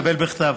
יקבל בכתב.